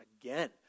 again